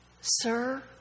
Sir